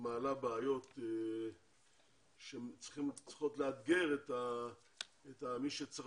מעלה בעיות שצריכות לאתגר את מי שצריך